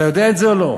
תאר לך,